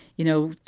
you know,